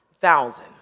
thousand